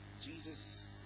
Jesus